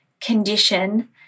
condition